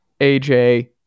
AJ